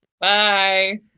Bye